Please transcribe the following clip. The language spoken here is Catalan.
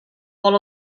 vol